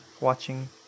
watching